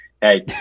hey